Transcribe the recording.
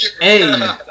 Hey